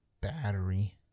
Battery